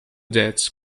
debts